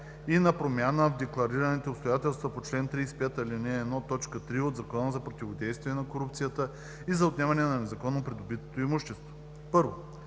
и на промяна в декларираните обстоятелства по чл. 35, ал. 1, т. 3 от Закона за противодействие на корупцията и за отнемане на незаконно придобитото имущество. 1.